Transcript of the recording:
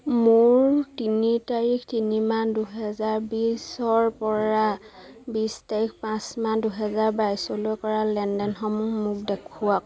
মোৰ তিনি তাৰিখ তিনি মাহ দুহেজাৰ বিছৰ পৰা বিছ পাঁচ মাহ দুহেজাৰ বাইছলৈ কৰা লেনদেনসমূহ মোক দেখুৱাওক